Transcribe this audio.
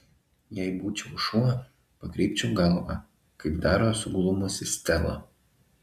jei būčiau šuo pakreipčiau galvą kaip daro suglumusi stela